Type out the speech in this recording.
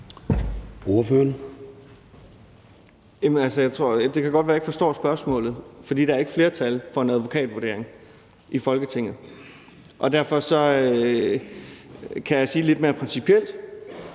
Det kan godt være, at jeg ikke forstår spørgsmålet, for der er ikke flertal for en advokatvurdering i Folketinget. Derfor kan jeg sige lidt mere principielt,